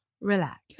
relax